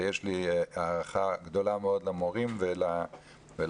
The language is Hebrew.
ויש לי הערכה גדולה מאוד למורים ולמערכות,